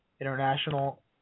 international